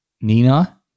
Nina